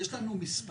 יש לנו מספרים?